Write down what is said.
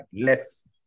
less